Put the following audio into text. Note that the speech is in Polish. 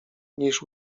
niż